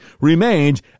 remained